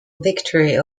victory